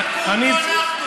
לא אנחנו.